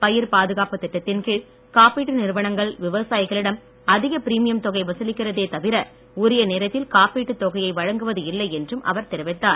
பயிர் பாதுகாப்பு திட்டத்தின் கீழ் காப்பீட்டு நிறுவனங்கள் விவசாயிகளிடம் அதிக பிரீமியம் தொகை வசூலிக்கிறதே தவிர உரிய நேரத்தில் காப்பீட்டு தொகையை வழங்குவது இல்லை என்றும் அவர் தெரிவித்தார்